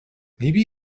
maybe